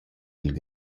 i’l